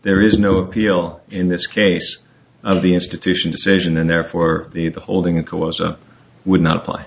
there is no appeal in this case of the institution decision and therefore the holding of cause would not apply